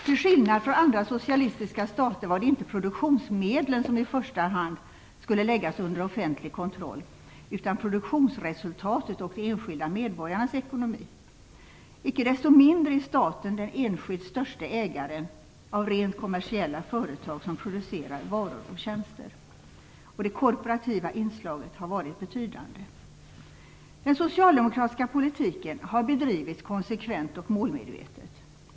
Till skillnad från vad som var fallet i andra socialistiska stater var det inte produktionsmedlen som i första hand skulle läggas under offentlig kontroll utan produktionsresultatet och de enskilda medborgarnas ekonomi. Icke desto mindre är staten den enskilt störste ägaren av rent kommersiella företag som producerar varor och tjänster. Det korporativa inslaget har varit betydande. Den socialdemokratiska politiken har bedrivits konsekvent och målmedvetet.